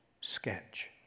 sketch